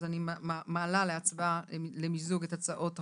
אני מעלה למיזוג את הצעות החוק.